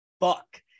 fuck